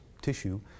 tissue